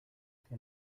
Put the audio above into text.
que